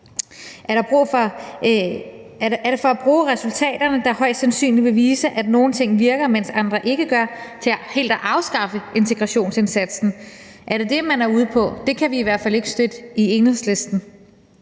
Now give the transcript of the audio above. Er det for at bruge resultaterne, der højst sandsynligt vil vise, at nogle ting virker, men at andre ikke gør, til helt at afskaffe integrationsindsatsen? Er det det, man er ude på? Det kan vi i hvert fald i Enhedslisten